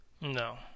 No